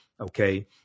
Okay